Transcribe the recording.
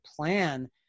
plan